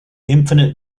infinite